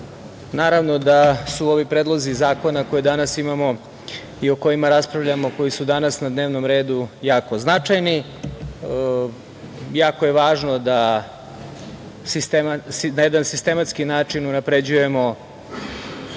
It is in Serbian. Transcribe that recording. naravno da su ovi Predlozi zakona koje danas imamo i o kojima raspravljamo, a koji su danas na dnevnom redu jako značajni. Jako je važno da na jedan sistematski način unapređujemo